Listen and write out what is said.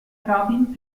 robin